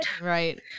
Right